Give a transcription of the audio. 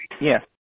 Yes